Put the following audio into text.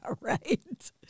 right